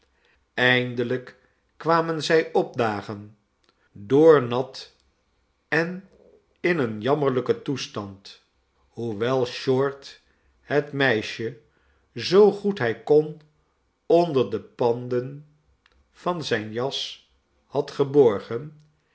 eindelijk kwamen zij opdagen doornat en in een jammerlijken toestand hoewel short het meisje zoo goed hij kon onder de panden van zijn jas had geborgen